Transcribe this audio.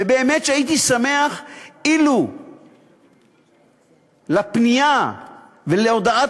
ובאמת הייתי שמח אילו לפנייה ולהודעת